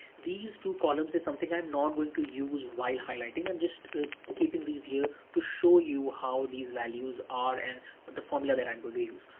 these two columns is something i'm not going to use while highlighting. i'm just keeping these here to show you how these values are and the formula that i'm going